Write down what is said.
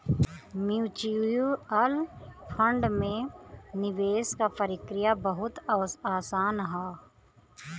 mutual fund में निवेश क प्रक्रिया बहुत आसान हौ